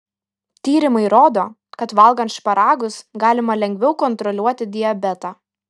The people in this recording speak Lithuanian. tyrimai rodo kad valgant šparagus galima lengviau kontroliuoti diabetą